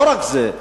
לא רק זה,